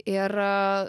ir a